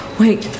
wait